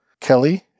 Kelly